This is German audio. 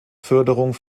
förderung